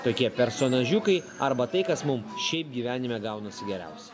tokie personažiukai arba tai kas mum šiaip gyvenime gaunasi geriausia